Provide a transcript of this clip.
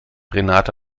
renate